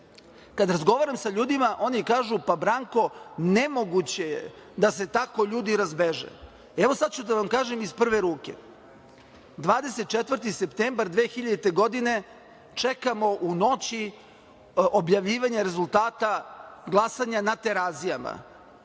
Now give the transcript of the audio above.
Kada razgovaram sa ljudima, oni kažu – pa, Branko, nemoguće je da se tako ljudi razbeže. Sada ću da vam kažem iz prve ruke, 24. septembar 2000. godine, čekamo u noći objavljivanje rezultata glasanja na Terazijama,